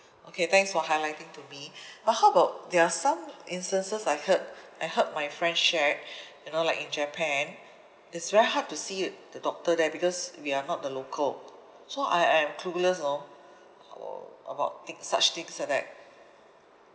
okay thanks for highlighting to me but how about there are some instances I heard I heard my friend shared you know like in japan it's very hard to see the doctor there because we are not the local so I I'm clueless hor uh about thi~ such things like that